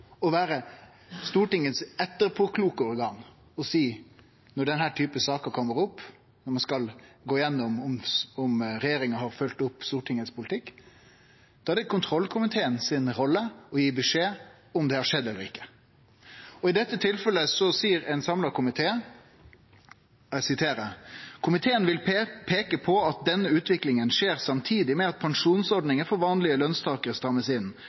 å vere Stortingets etterpåkloke organ og seie: Når denne typen saker kjem opp, når vi skal gå igjennom om regjeringa har følgt opp Stortingets politikk, er det kontrollkomiteen si rolle å gi beskjed om det har skjedd eller ikkje. I dette tilfellet skriv ein samla komité: «Komiteen vil peke på at denne utviklingen skjer samtidig med at pensjonsordninger for vanlige lønnstakere strammes inn,